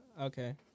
Okay